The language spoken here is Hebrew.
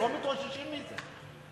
אנחנו לא מתאוששים מזה.